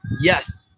Yes